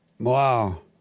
Wow